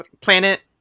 planet